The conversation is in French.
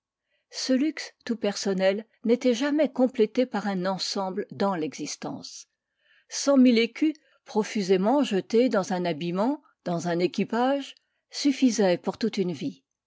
ce luxe tout personnel n'était jamais complété par un ensemble dans l'existence cent mille écus profusément jetés dans un habillement dans un équipage suffisaient pour toute une vie